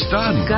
done